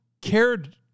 cared